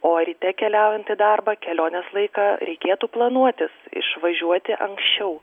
o ryte keliaujant į darbą kelionės laiką reikėtų planuotis išvažiuoti anksčiau